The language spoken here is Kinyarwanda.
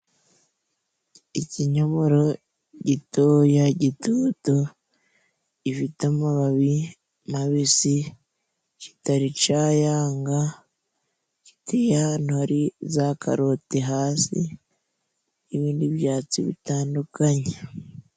Ikinyomoro gitoya gitoto gifite amababi mabisi kitari cayanga, giteye ahantu hari za karoti hasi n'ibyatsi bitandukanye.